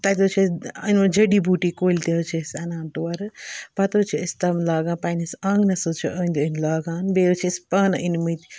تَتہِ حظ چھِ أسۍ أنۍ مٕتۍ جٔڈی بوٗٹی کُلۍ تہِ حظ چھِ أسۍ اَنان تورٕ پَتہٕ حظ چھِ أسۍ تِم لاگان پنٛنِس آنٛگنَس حظ چھِ أنٛدۍ أنٛدۍ لاگان بیٚیہِ حظ چھِ اَسہِ پانہٕ أنۍ مٕتۍ